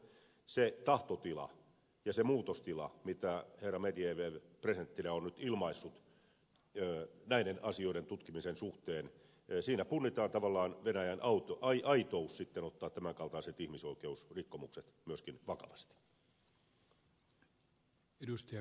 siinä tahtotilassa ja muutostilassa mitä herra medvedev presidenttinä on nyt ilmaissut näiden asioiden tutkimisen suhteen punnitaan tavallaan venäjän aitous ottaa tämän kaltaiset ihmisoikeusrikkomukset myöskin vakavasti